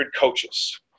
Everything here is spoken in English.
coaches